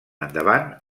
endavant